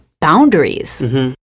boundaries